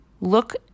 look